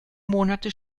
monate